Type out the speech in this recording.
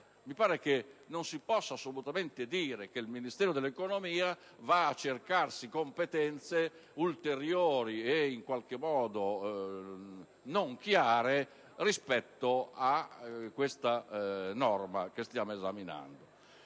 Mi pare che non si possa assolutamente sostenere che il Ministero dell'economia vada a cercare competenze ulteriori e in qualche modo non chiare rispetto a questa norma al nostro esame.